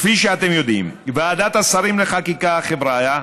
כפי שאתם יודעים, ועדת השרים לחקיקה, חבריא,